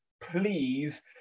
please